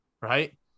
right